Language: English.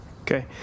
Okay